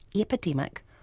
epidemic